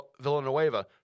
Villanueva